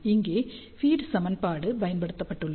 இங்கே ஃபீட் சமன்பாடு பயன்படுத்தப்பட்டுள்ளது